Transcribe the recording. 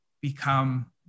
become